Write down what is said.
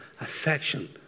affection